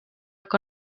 que